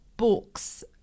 books